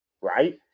right